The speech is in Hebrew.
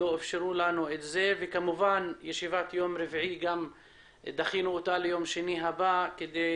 את ישיבת יום רביעי דחינו ליום שני הבא כדי